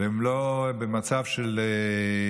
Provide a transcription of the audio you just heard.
הם לא במצב של,